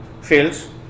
fails